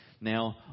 now